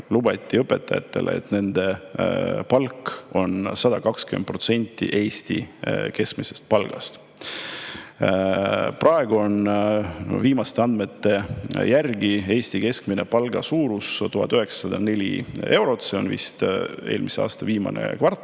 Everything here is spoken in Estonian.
lubati õpetajatele, et nende palk on 120% Eesti keskmisest palgast. Praegu on viimaste andmete järgi Eesti keskmise palga suurus 1904 eurot, vist eelmise aasta viimase kvartali